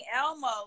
Elmo